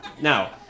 Now